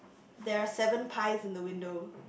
there are seven pies in the window